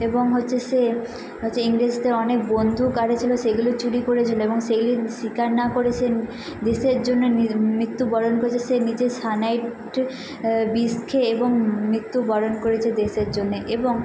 এবং হচ্ছে সে হচ্ছে ইংরেজদের অনেক বন্দুক গাড়ি ছিলো সেগুলো চুরি করেছিলো এবং সেগুলি স্বীকার না করে সে দেশের জন্য নিজ মৃত্যু বরণ করেছে সে নিজে সায়ানাইড বিষ খেয়ে এবং মৃত্যু বরণ করেছে দেশের জন্যে এবং